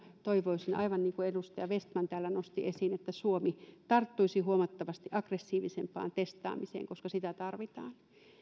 toivoisin aivan niin kuin edustaja vestman täällä nosti esiin että suomi tarttuisi huomattavasti aggressiivisempaan testaamiseen koska sitä tarvitaan